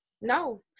no